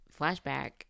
flashback